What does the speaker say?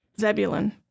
Zebulun